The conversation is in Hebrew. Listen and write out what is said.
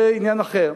זה עניין אחר.